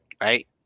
right